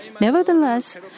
Nevertheless